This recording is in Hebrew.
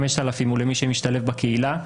5,000 הוא למי שמשתלב בקהילה.